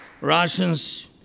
Russians